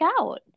out